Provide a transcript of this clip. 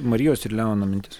marijos ir leono mintis